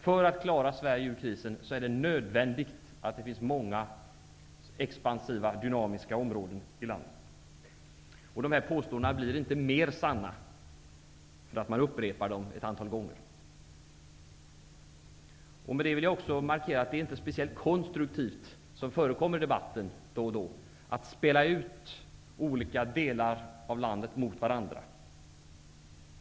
För att klara Sverige ur krisen är det nödvändigt att det finns många expansiva dynamiska områden i landet. De här påståendena blir inte mer sanna därför att de upprepas ett antal gånger. Med det vill jag markera att det inte är speciellt konstruktivt att spela ut olika delar av landet mot varandra, vilket då och då förekommer i debatten.